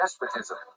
despotism